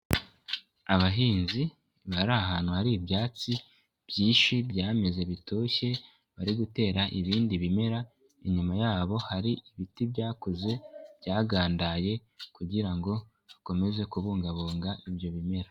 Abahinzi bari ahantu hari ibyatsi byinshi byameze bitoshye, bari gutera ibindi bimera, inyuma yabo hari ibiti byakuze, byagandaye kugira ngo bakomeze kubungabunga ibyo bimera.